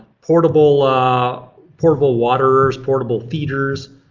portable ah portable waterers, portable feeders,